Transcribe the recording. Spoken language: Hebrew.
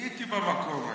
הייתי במקום הזה.